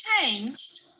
changed